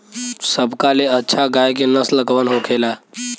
सबका ले अच्छा गाय के नस्ल कवन होखेला?